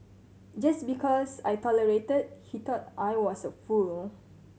just because I tolerated he thought I was a fool